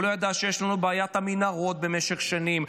הוא לא ידע שיש לנו את בעיית המנהרות במשך שנים,